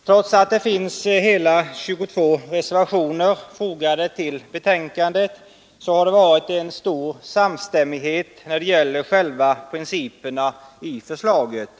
Trots att det finns hela 22 reservationer fogade till betänkandet har det varit stor samstämmighet när det gäller själva principerna i förslaget.